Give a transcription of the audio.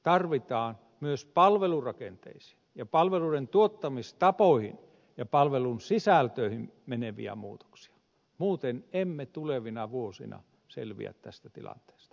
tarvitaan myös palvelurakenteisiin ja palveluiden tuottamistapoihin ja palvelun sisältöihin meneviä muutoksia muuten emme tulevina vuosina selviä tästä tilanteesta